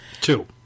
Two